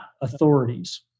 authorities